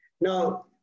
Now